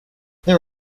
there